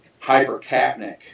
hypercapnic